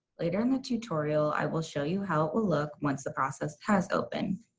later in the tutorial i will show you how it will look once the process has opened.